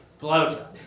blowjob